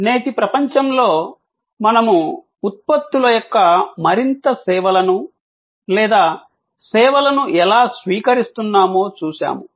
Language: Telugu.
నేటి ప్రపంచంలో మనము ఉత్పత్తుల యొక్క మరింత సేవలను లేదా సేవలను ఎలా స్వీకరిస్తున్నామో చూశాము